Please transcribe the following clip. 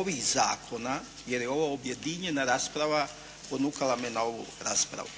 ovih zakona, jer je ovo objedinjena rasprava ponukala me na ovu raspravu.